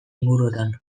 inguruotan